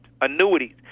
annuities